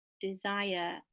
desire